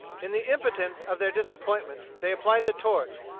in the impotence of their disappointment they applied the torch,